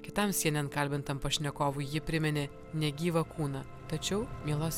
kitam sienen kalbintam pašnekovui ji priminė negyvą kūną tačiau mielos